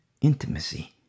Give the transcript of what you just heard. Intimacy